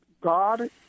God